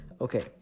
Okay